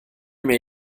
mir